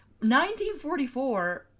1944